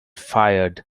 fired